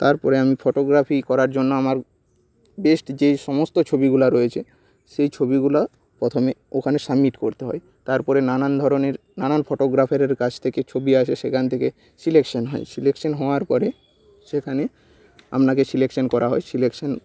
তারপরে আমি ফটোগ্রাফি করার জন্য আমার বেস্ট যেই সমস্ত ছবিগুলো রয়েছে সেই ছবিগুলো প্রথমে ওখানে সাবমিট করতে হয় তারপরে নানান ধরনের নানান ফটোগ্রাফারের কাছ থেকে ছবি আসে সেখান থেকে সিলেকশন হয় সিলেকশন হওয়ার পরে সেইখানে আমনাকে সিলেকশন করা হয় সিলেকশন